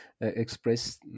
expressed